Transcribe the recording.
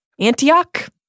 Antioch